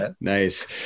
Nice